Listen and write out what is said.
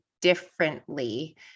differently